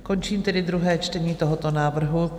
Končím tedy druhé čtení tohoto návrhu.